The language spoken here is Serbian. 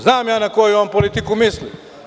Znam na koju on politiku misli.